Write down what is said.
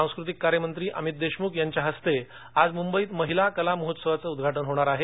सांस्कृतिक कार्यमंत्री अमित देशमुख यांच्या हस्ते आज मुंबईत महिला कला महोत्सवाचं उद्घाटन होणार आहे